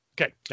Okay